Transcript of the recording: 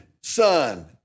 Son